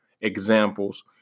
examples